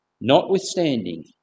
Notwithstanding